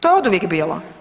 To je oduvijek bilo.